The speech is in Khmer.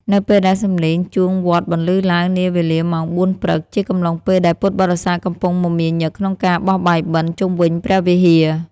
នៅពេលដែលសម្លេងជួងវត្តបន្លឺឡើងនាវេលាម៉ោង ៤ ព្រឹក ជាកំឡុងពេលដែលពុទ្ធបរិស័ទកំពុងមមាញឹកក្នុងការបោះបាយបិណ្ឌជុំវិញព្រះវិហារ។